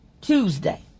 Tuesday